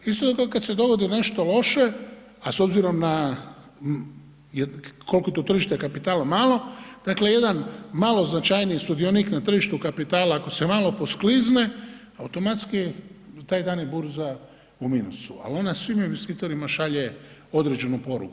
Isto tako kad se dogodi nešto loše, a s obzirom na koliko je to tržište kapitala malo, dakle jedan malo značajniji sudionik na tržištu kapitala, ako se malo posklizne, automatski taj dan je burza u minusu, ali ona svim investitorima šalje određenu poruku.